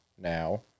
now